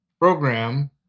program